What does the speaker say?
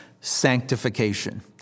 sanctification